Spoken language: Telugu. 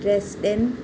డ్రెస్డెన్